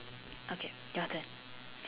okay your turn